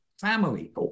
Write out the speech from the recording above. family